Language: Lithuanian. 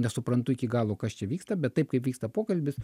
nesuprantu iki galo kas čia vyksta bet taip kaip vyksta pokalbis